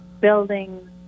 building